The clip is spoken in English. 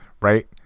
Right